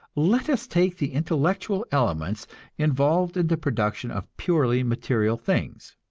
let us take the intellectual elements involved in the production of purely material things,